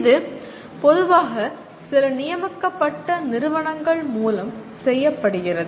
இது பொதுவாக சில நியமிக்கப்பட்ட நிறுவனங்கள் மூலம் செய்யப்படுகிறது